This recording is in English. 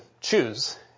choose